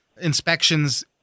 inspections